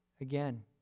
again